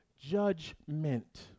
Judgment